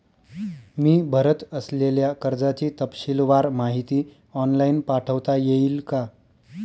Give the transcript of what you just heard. मी भरत असलेल्या कर्जाची तपशीलवार माहिती ऑनलाइन पाठवता येईल का?